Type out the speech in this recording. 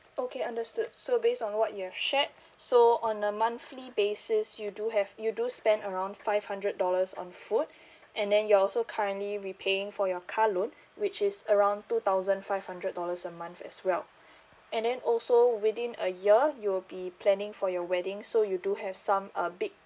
okay understood so base on what you have shared so on a monthly basis you do have you do spend around five hundred dollars on food and then you're also currently repaying for your car loan which is around two thousand five hundred dollars a month as well and then also within a year you will be planning for your wedding so you do have some uh big